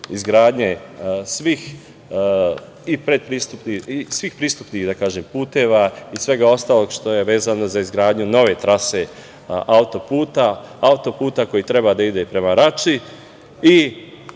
izgradnje pristupnih puteva i svega ostalog što je vezano za izgradnju nove trase autoputa koji treba da ide prema Rači